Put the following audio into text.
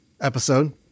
episode